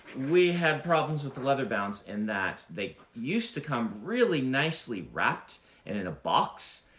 we had problems with the leather bounds, in that they used to come really nicely wrapped and in a box